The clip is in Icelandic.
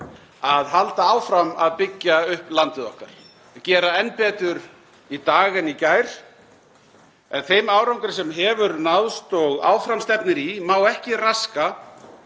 að halda áfram að byggja upp landið okkar, gera enn betur í dag en í gær. En þeim árangri sem hefur náðst og áfram stefnir í má ekki raska